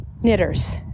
knitters